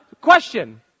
Question